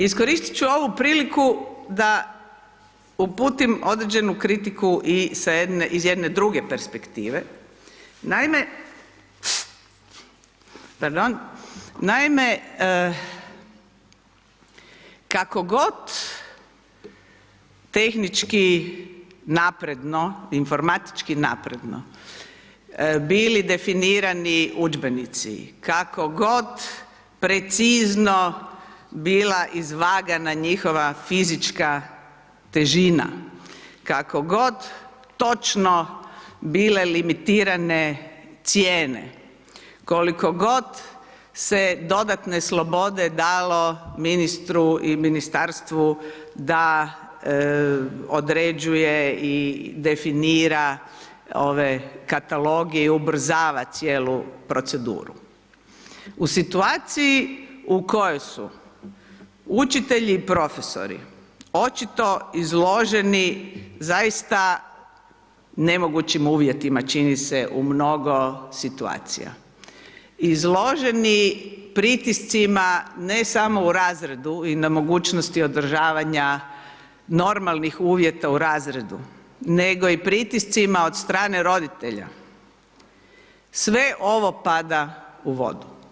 Iskoristit ću ovu priliku da uputim određenu kritiku i sa iz jedne druge perspektive, naime pardon, naime kako god tehnički napredno, informatički napredno bili definirani udžbenici, kako god precizno bila izvagana njihova fizička težina, kako god točno bile limitirane cijene, koliko god se dodatne slobode dalo ministru i ministarstvu da određuje i definira ove kataloge i ubrzava cijelu proceduru, u situaciji u kojoj su učitelji i profesori očito izloženi zaista nemogućim uvjetima čini se u mnogo situacija, izloženi pritiscima ne samo u razredu i nemogućnosti održavanja normalnih uvjeta u razredu, nego i pritiscima od strane roditelja, sve ovo pada u vodu.